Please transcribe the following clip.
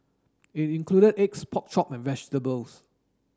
it included eggs pork chop and vegetables